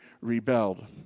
rebelled